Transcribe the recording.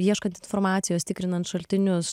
ieškant informacijos tikrinant šaltinius